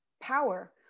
power